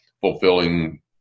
fulfilling